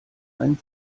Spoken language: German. einen